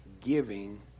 giving